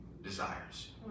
desires